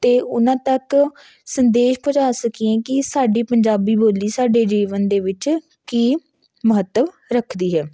ਅਤੇ ਉਹਨਾਂ ਤੱਕ ਸੰਦੇਸ਼ ਪਹੁੰਚਾ ਸਕੀਏ ਕਿ ਸਾਡੀ ਪੰਜਾਬੀ ਬੋਲੀ ਸਾਡੇ ਜੀਵਨ ਦੇ ਵਿੱਚ ਕੀ ਮਹੱਤਵ ਰੱਖਦੀ ਹੈ